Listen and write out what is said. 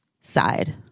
side